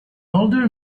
older